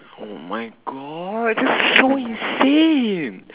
oh my god that's so insane